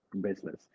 business